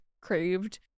craved